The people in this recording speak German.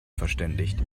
verständigt